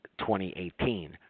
2018